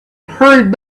hurried